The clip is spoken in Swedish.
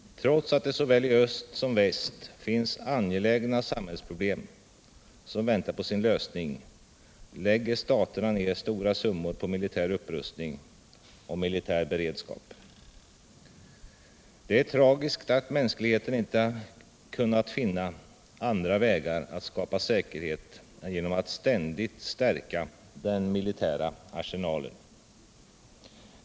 Trots att det såväl i öst som i väst finns angelägna samhällsproblem som väntar på sin lösning lägger staterna ned stora summor på militär upprustning och militär beredskap. Det är tragiskt att mänskligheten inte kunnat finna andra vägar att skapa säkerhet än genom att ständigt förstärka den militära arsenalen.